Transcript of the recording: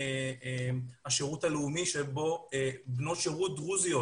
השירות הלאומי שבו בנות שירות דרוזיות